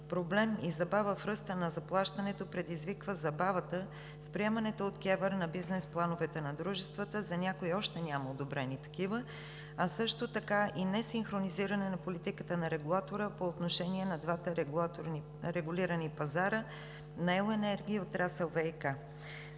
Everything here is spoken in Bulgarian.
проблем и забава в ръста на заплащането предизвиква забавата в приемането от КЕВР на бизнес плановете на дружествата – за някои още няма одобрени такива, а също така и несинхронизиране на политиката на регулатора по отношение на двата регулирани пазара на ел. енергия и отрасъл ВиК.